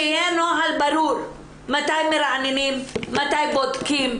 שיהיה נוהל ברור מתי מרעננים, מתי בודקים,